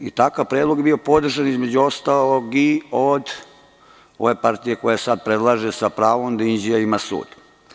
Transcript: Takav predlog je bio podržan između ostalog i od ove partije koja sada predlaže sa pravom da Inđija ima sud.